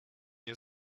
nie